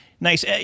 nice